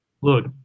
look